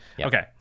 okay